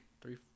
Three